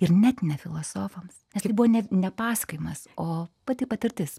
ir net ne filosofams nes tai buvo net ne pasakojimas o pati patirtis